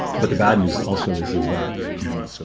but the bad news also is is that you know,